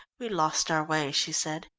we lost our way, she said.